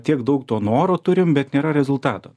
tiek daug to noro turim bet nėra rezultato